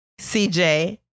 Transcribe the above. CJ